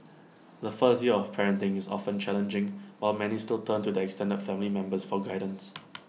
the first year of parenting is often challenging while many still turn to their extended family members for guidance